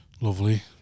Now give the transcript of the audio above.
Lovely